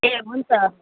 ए हुन्छ